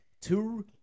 two